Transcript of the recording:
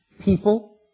people